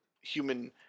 human